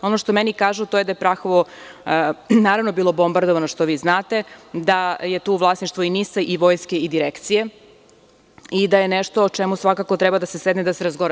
Ono što meni kažu, to je da je Prahovo, naravno, bilo bombardovano, što vi i znate, da je tu vlasništvo i NIS i Vojske i Direkcije i da je nešto o čemu svakako treba da se sedne i da se razgovara.